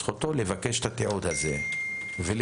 זכותו לבקש את התיעוד הזה ולתבוע.